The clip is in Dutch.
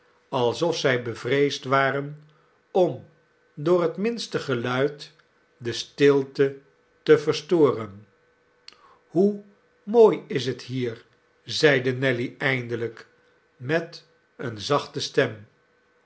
alsof zij bevreesd waren om door het minste geluid de stilte te verstoren hoe mooi is het hier zeide nelly eindelijk met eene zachte stem